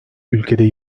ülkede